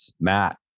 Matt